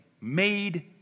made